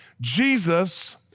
Jesus